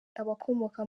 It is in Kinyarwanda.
abakomoka